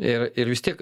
ir ir vis tiek